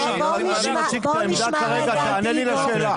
אני מציג את העמדה כרגע, תענה לי על השאלה.